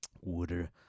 water